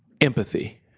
empathy